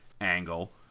angle